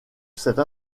cette